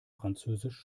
französisch